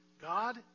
God